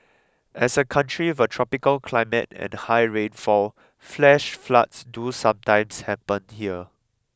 as a country with a tropical climate and high rainfall flash floods do sometimes happen here